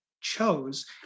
chose